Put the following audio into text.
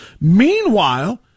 Meanwhile